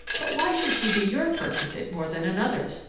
but why should she be your perquisite more than another's,